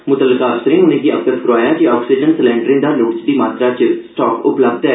मुतलका अफसरें उनेंगी अवगत करोआया जे आक्सीजन सिलैंडरें दा लोड़चदी मात्रा च स्टाक उपलब्ध ऐ